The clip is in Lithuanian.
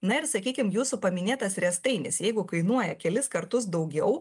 na ir sakykim jūsų paminėtas riestainis jeigu kainuoja kelis kartus daugiau